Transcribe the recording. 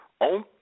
on